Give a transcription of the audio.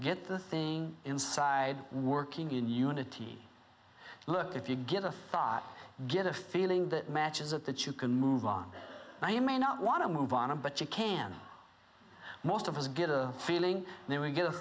get the thing inside working in unity look if you get a thought get a feeling that matches it that you can move on now you may not want to move on but you can most of us get a feeling there we get a